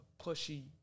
pushy